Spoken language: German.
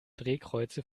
drehkreuze